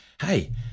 Hey